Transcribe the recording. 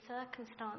circumstance